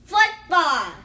Football